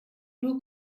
nur